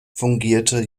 fungierte